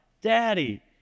Daddy